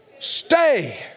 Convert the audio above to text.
stay